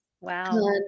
Wow